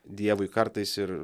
dievui kartais ir